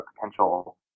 potential